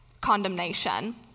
condemnation